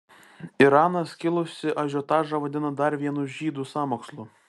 iranas kilusį ažiotažą vadina dar vienu žydų sąmokslu